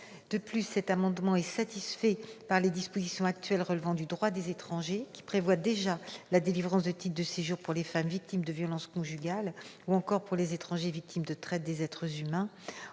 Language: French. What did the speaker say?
De plus, cet amendement est satisfait par les dispositions actuelles relevant du droit des étrangers, qui prévoient déjà la délivrance de titres de séjour aux femmes victimes de violences conjugales ou encore aux étrangers victimes de traite des êtres humains.